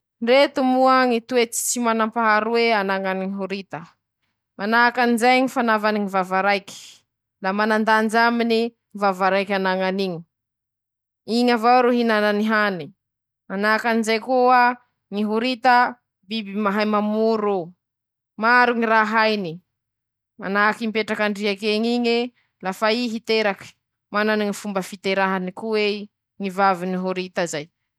<...>Eka, ñ'akoho moa mahay ñy tompony, lafa i ro mahita an-teña, mihorodoooodo rozy mirofoko mitsena an-teña, manahaky anizay koa teña a lafa mikaiky an-drozy, haindrozy avao ñy fikehan-teña an-drozy lomay rozy bakañy mamonjy an-teña, lafa rozy koa ro ta ihina, mivorotsy amin-teñ'eo. Zay ñy fahaizany ñ'akoho ñy tompony<...>.